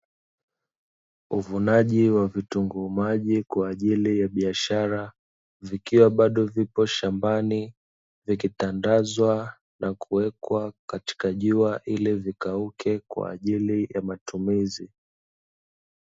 Uvunaji wa vitunguu maji kwa ajili ya biashara, vikiwa bado vipo shambani, vikitandazwa na kuwekwa katika jua ili vikauke kwa ajili ya matumizi.